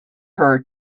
her